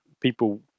people